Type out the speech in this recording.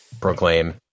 proclaim